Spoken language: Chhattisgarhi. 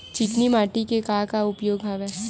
चिकनी माटी के का का उपयोग हवय?